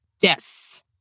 Yes